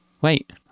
Wait